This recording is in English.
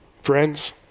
Friends